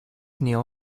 kneel